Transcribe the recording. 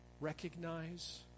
recognize